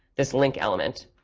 this link element.